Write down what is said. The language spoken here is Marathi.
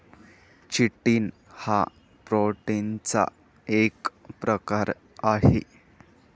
चिटिन हा प्रोटीनचा एक प्रकार आहे